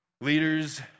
Leaders